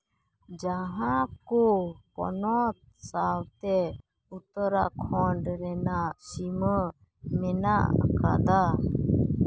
ᱡᱟᱦᱟᱸ ᱠᱳ ᱯᱚᱱᱚᱛ ᱥᱟᱶᱛᱮ ᱩᱛᱛᱚᱨᱟᱠᱷᱚᱸᱰ ᱨᱮᱱᱟᱜ ᱥᱤᱢᱟᱹ ᱢᱮᱱᱟᱜ ᱟᱠᱟᱫᱟ